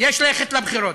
יש ללכת לבחירות.